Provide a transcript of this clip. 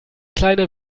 kleine